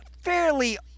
fairly